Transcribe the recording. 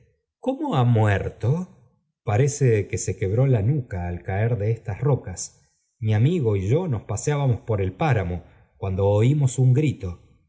cómo ha muerto parece que se quebró la nuca al caer de estas rocas mi amigo y yo nos paseábamos por el páramo cuando oímos un grito